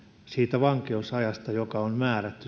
siitä vankeusajasta joka on määrätty